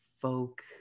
folk